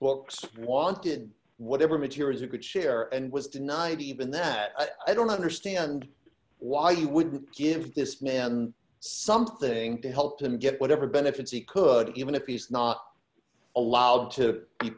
well wanted whatever materials you could share and was denied even that i don't understand why you would give this man something to help him get whatever benefits he could even if he's not allowed to be